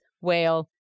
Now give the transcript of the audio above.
whale